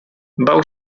bał